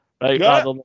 right